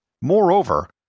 Moreover